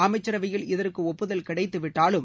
அமைச்சரவையில் இதற்கு ஒப்புதல் கிடைத்துவிட்டாலும்